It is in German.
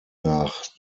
nach